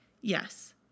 Yes